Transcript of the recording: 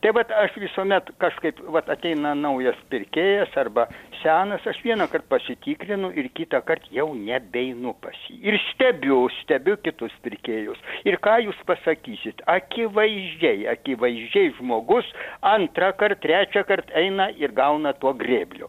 tai vat aš visuomet kažkaip vat ateina naujas pirkėjas arba senas aš vienąkart pasitikrinu ir kitąkart jau nebeinu pas jį ir stebiu stebiu kitus pirkėjus ir ką jūs pasakysit akivaizdžiai akivaizdžiai žmogus antrąkart trečiąkart eina ir gauna tuo grėbliu